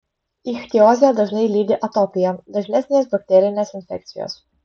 ichtiozę dažnai lydi atopija dažnesnės bakterinės infekcijos